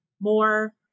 more